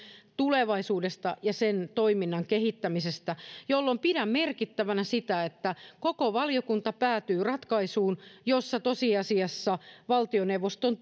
tulevaisuudesta ja sen toiminnan kehittämisestä silloin pidän merkittävänä sitä että koko valiokunta päätyy ratkaisuun jossa tosiasiassa valtioneuvoston